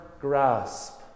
grasp